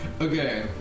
Okay